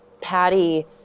Patty